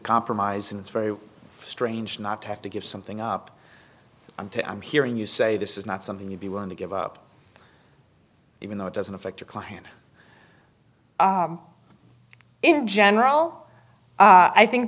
compromise and it's very strange not to have to give something up until i'm hearing you say this is not something you'd be willing to give up even though it doesn't affect your client in general i think